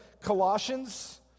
Colossians